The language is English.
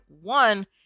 one